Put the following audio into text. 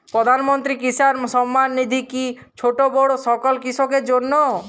প্রধানমন্ত্রী কিষান সম্মান নিধি কি ছোটো বড়ো সকল কৃষকের জন্য?